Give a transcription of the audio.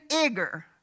eager